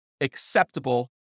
acceptable